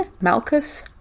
Malchus